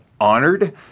honored